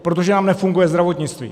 Protože nám nefunguje zdravotnictví.